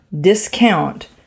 discount